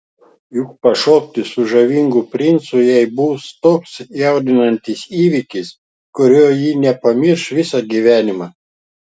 juk pašokti su žavingu princu jai bus toks jaudinantis įvykis kurio ji nepamirš visą gyvenimą